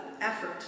effort